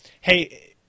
hey